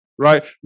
right